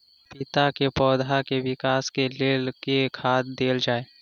पपीता केँ पौधा केँ विकास केँ लेल केँ खाद देल जाए?